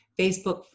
Facebook